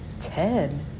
Ten